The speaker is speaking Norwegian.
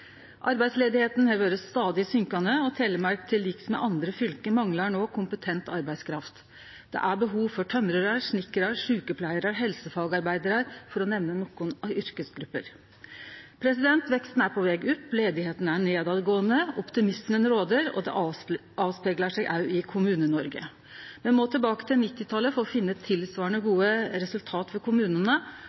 har vore stadig fallande, og Telemark – til liks med andre fylke – manglar no kompetent arbeidskraft. Det er behov for tømrarar, snikkarar, sjukepleiarar, helsefagarbeidarar, for å nemne nokre yrkesgrupper. Veksten er på veg opp, arbeidsløysa er på veg ned, optimismen rår, og det avspeglar seg òg i Kommune-Noreg. Me må tilbake til 1990-talet for å finne tilsvarande gode resultat for kommunane,